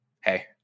hey